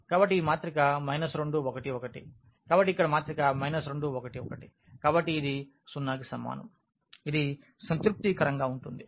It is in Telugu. కాబట్టి ఈ 2 1 1 కాబట్టి ఇక్కడ 2 1 1 కాబట్టి ఇది 0 కి సమానం ఇది సంతృప్తికరంగా ఉంటుంది